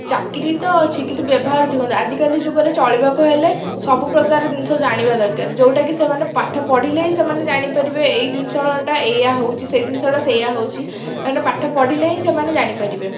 ଚାକିରି ତ ଅଛି କିନ୍ତୁ ବ୍ୟବହାର ଶିଖନ୍ତୁ ଆଜିକାଲି ଯୁଗରେ ଚଳିବାକୁ ହେଲେ ସବୁପ୍ରକାର ଜିନିଷ ଜାଣିବା ଦରକାର ଯେଉଁଟାକି ସେମାନେ ପାଠ ପଢ଼ିଲେ ହିଁ ସେମାନେ ଜାଣିପାରିବେ ଏଇ ଜିନିଷଟା ଏୟା ହେଉଛି ସେହି ଜିନିଷଟା ସେୟା ହେଉଛି କାରଣ ପାଠ ପଢ଼ିଲେ ହିଁ ସେମାନେ ଜାଣିପାରିବେ